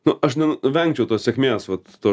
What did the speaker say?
nu aš vengčiau tos sėkmės vat to